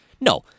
No